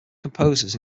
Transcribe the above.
composers